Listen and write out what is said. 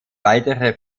weitere